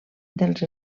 dels